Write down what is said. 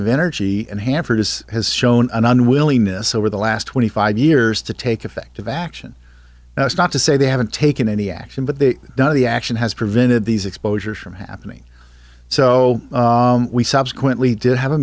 of energy and hanford as has shown an unwillingness over the last twenty five years to take effective action now it's not to say they haven't taken any action but they know the action has prevented these exposures from happening so we subsequently did have a